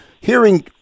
hearing